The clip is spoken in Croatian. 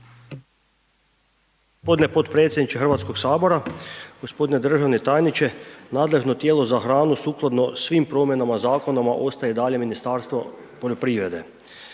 potpredsjedniče HS. g. Državni tajniče, nadležno tijelo za hranu sukladno svim promjenama zakonama ostaje i dalje Ministarstvo poljoprivrede.